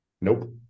Nope